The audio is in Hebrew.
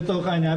לצורך העניין,